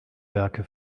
werke